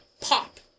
pop